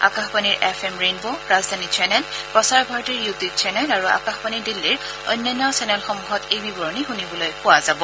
আকাশবাণীৰ FM rainbow Rajdhani channel প্ৰচাৰ ভাৰতীৰ ইউ টিউব চেনেল আৰু আকাশবাণী দিল্লীৰ অন্যান্য চেনেলসমূহত এই বিৱৰণী শুনিবলৈ পোৱা যাব